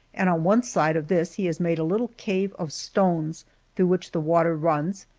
and on one side of this he has made a little cave of stones through which the water runs,